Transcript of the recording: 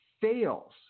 fails